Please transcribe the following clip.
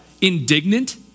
indignant